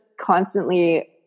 constantly